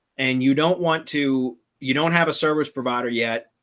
and you don't want to, you don't have a service provider yet.